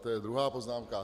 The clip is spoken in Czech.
To je druhá poznámka.